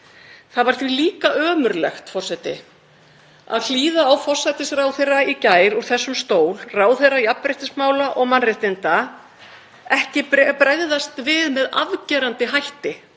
Það var líka ömurlegt, forseti, að hlýða á forsætisráðherra í gær úr þessum stól, ráðherra jafnréttismála og mannréttinda, ekki bregðast við með afgerandi hætti